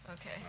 Okay